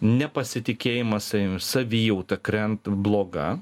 nepasitikėjimas savim savijauta krenta bloga